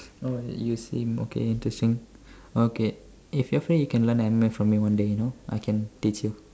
oh you seem okay teaching okay if you free you can learn M_M_A from me one day you know I can teach you